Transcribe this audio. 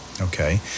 Okay